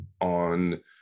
on